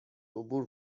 عبور